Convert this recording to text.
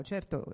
Certo